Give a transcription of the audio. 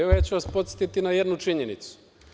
Evo ja ću vas podsetiti na jednu činjenicu.